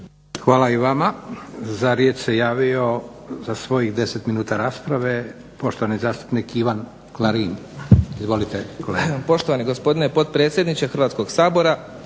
Hvala i vama. Za riječ se javio za svojih 10 minuta rasprave, gospodin zastupnik Ivan Klarin. Izvolite kolega.